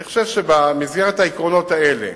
אני חושב שבמסגרת העקרונות האלה,